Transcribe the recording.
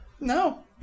No